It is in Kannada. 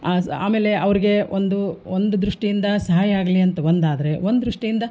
ಆಸ್ ಆಮೇಲೆ ಅವ್ರಿಗೆ ಒಂದು ಒಂದು ದೃಷ್ಟಿಯಿಂದ ಸಹಾಯ ಆಗಲಿ ಅಂತ ಒಂದಾದರೆ ಒಂದು ದೃಷ್ಟಿಯಿಂದ